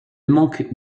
manque